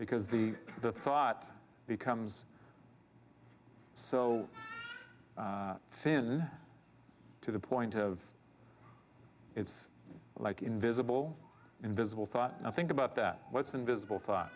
because the the thought becomes so thin to the point of it's like invisible invisible thought i think about that what's invisible thought